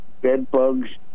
bedbugs